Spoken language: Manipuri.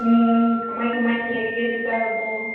ꯎꯝ ꯀꯃꯥꯏꯅ ꯀꯃꯥꯏꯅ ꯂꯩꯔꯤꯒꯦ ꯆꯥꯛ ꯆꯥꯔꯕꯣ